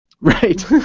Right